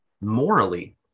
morally